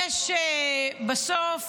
בסוף